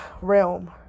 realm